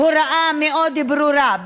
הוראה מאוד ברורה.